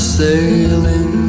sailing